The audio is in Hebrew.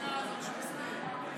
מהמדינה הזאת, שוסטר.